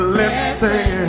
lifting